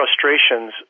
frustrations